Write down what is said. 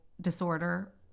disorder